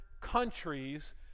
countries